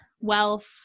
wealth